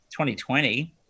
2020